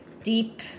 deep